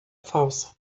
falsa